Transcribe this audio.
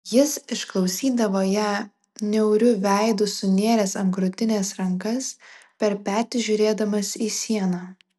jis išklausydavo ją niauriu veidu sunėręs ant krūtinės rankas per petį žiūrėdamas į sieną